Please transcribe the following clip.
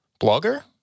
blogger